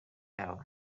yawe